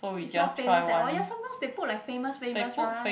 is not famous at all ya sometimes they put like famous famous right